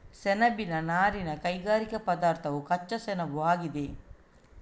ಸೆಣಬಿನ ನಾರಿನ ಕೈಗಾರಿಕಾ ಪದಾರ್ಥವು ಕಚ್ಚಾ ಸೆಣಬುಆಗಿದೆ